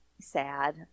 sad